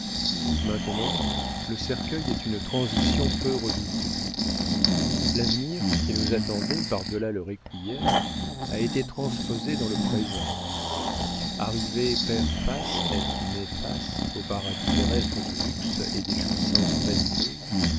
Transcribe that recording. maintenant le cercueil est une transition peu redoutée l'avenir qui nous attendait par delà le requiem a été transposé dans le présent arriver per fas et nefas au paradis terrestre du luxe et des jouissances vaniteuses